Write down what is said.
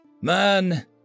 Man